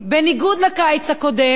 בניגוד לקיץ הקודם,